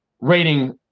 rating